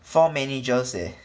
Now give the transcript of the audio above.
four managers eh